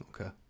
Okay